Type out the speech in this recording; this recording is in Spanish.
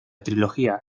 trilogía